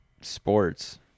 sports